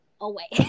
away